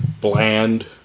bland